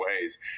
ways